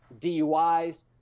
DUIs